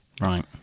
Right